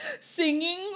singing